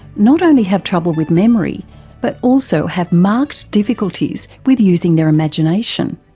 not only have trouble with memory but also have marked difficulties with using their imagination.